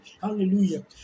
Hallelujah